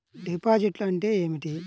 డిపాజిట్లు అంటే ఏమిటి?